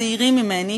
צעירים ממני,